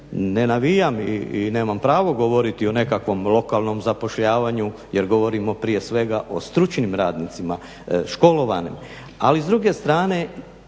Ne navijam i nemam pravo govoriti o nekakvom lokalnom zapošljavanju jer govorimo prije svega o stručnim radnicima, školovanim ali s druge strane